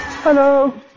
Hello